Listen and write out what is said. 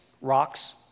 rocks